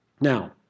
Now